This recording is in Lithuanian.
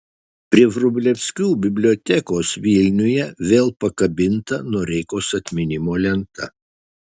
prie vrublevskių bibliotekos vilniuje vėl pakabinta noreikos atminimo lenta